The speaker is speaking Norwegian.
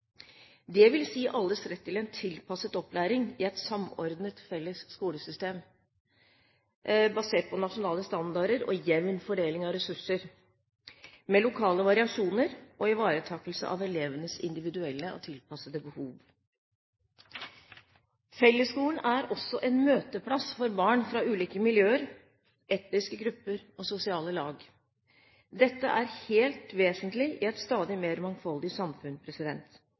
alles rett til en tilpasset opplæring i et samordnet felles skolesystem basert på nasjonale standarder og jevn fordeling av ressurser, med lokale variasjoner og ivaretakelse av elevenes individuelle og tilpassede behov. Fellesskolen er også en møteplass for barn fra ulike miljøer, etniske grupper og sosiale lag. Dette er helt vesentlig i et stadig mer mangfoldig samfunn